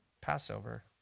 Passover